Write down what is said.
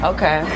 Okay